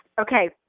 okay